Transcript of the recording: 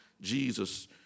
Jesus